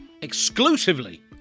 exclusively